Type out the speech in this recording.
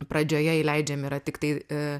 pradžioje įleidžiami yra tiktai